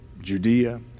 Judea